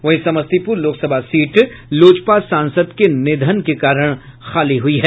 वहीं समस्तीपुर लोकसभा सीट लोजपा सांसद के निधन के कारण खाली हुई है